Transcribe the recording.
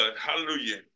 hallelujah